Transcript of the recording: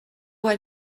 one